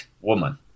woman